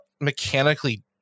mechanically